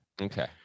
Okay